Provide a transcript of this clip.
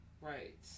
Right